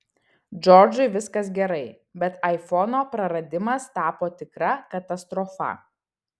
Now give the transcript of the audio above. džordžui viskas gerai bet aifono praradimas tapo tikra katastrofa